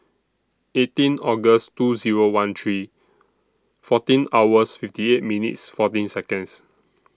eighteen August two Zero one three fourteen hours fifty eight minutes fourteen Seconds